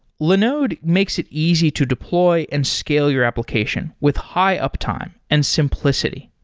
linode makes it easy to deploy and scale your application with high uptime and simplicity.